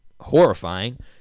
horrifying